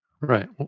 Right